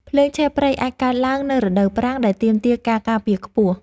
ភ្លើងឆេះព្រៃអាចកើតឡើងនៅរដូវប្រាំង ដែលទាមទារការការពារខ្ពស់។